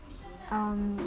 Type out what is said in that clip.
um